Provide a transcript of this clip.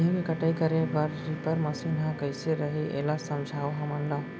गेहूँ के कटाई करे बर रीपर मशीन ह कइसे रही, एला समझाओ हमन ल?